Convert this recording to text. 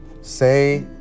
say